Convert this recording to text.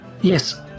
Yes